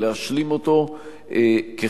להשלים אותו כחלק